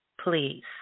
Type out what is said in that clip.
please